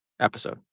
episode